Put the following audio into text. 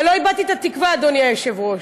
ולא איבדתי את התקווה, אדוני היושב-ראש.